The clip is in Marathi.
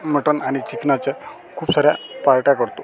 मटण आणि चिकनाच्या खुप सार्या पार्ट्या करतो